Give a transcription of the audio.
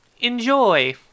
enjoy